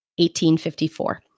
1854